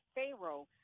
Pharaoh